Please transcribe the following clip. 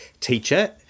teacher